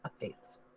updates